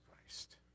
Christ